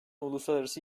uluslararası